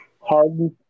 hardened